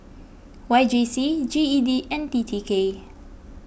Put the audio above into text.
Y J C G E D and T T K